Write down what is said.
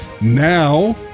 Now